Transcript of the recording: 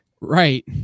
Right